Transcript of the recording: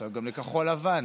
עכשיו גם לכחול לבן